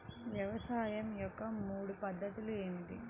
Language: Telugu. వ్యవసాయం యొక్క మూడు పద్ధతులు ఏమిటి?